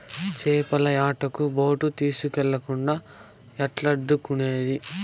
చేపల యాటకి బోటు తీస్కెళ్ళకుండా ఎట్టాగెల్లేది